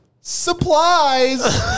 Supplies